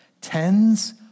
Tens